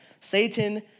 Satan